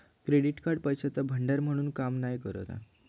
credit card पैशाचा भांडार म्हणून काम नाय करणा